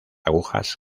agujas